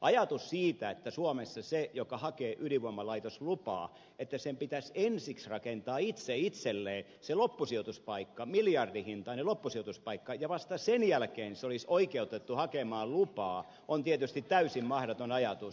ajatus siitä että suomessa sen joka hakee ydinvoimalaitoslupaa pitäisi ensiksi rakentaa itse itselleen se loppusijoituspaikka miljardihintainen loppusijoituspaikka ja vasta sen jälkeen se olisi oikeutettu hakemaan lupaa on tietysti täysin mahdoton ajatus